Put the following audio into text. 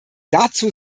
dazu